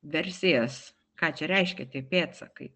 versijas ką čia reiškia tie pėdsakai